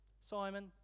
Simon